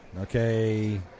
Okay